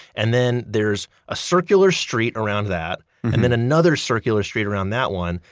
and then, there's a circular street around that, and then another circular street around that one.